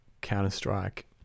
Counter-Strike